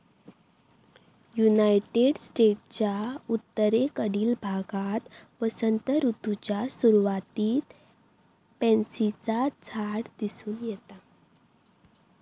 United स्टेट्सच्या उत्तरेकडील भागात वसंत ऋतूच्या सुरुवातीक पॅन्सीचा झाड दिसून येता